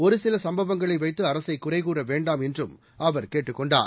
ஒருசில சம்பவங்களை வைத்து அரசை குறைகூற வேண்டாம் என்றும் அவர் கேட்டுக் கொண்டார்